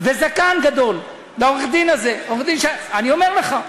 וזקן גדול, לעורך-דין הזה, אני אומר לך.